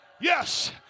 Yes